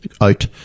out